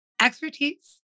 Expertise